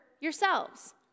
yourselves